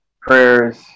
prayers